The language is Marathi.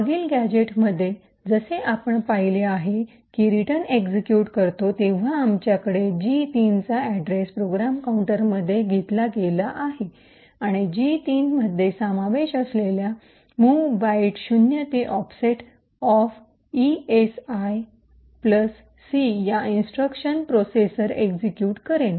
मागील गॅझेटमध्ये जसे आपण पाहिले आहे की रिटर्न एक्सिक्यूट करतो तेव्हा आमच्याकडे जी 3 चा अॅड्रेस प्रोग्राम काउंटरमध्ये घेतला गेला आहे आणि जी ३ मध्ये सामावेश असलेल्या मूव्ह बाईट ० ते ऑफसेट ऑफ इएसआय सी या इंस्ट्रक्शन प्रोसेसर एक्सिक्यूट करेन